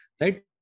Right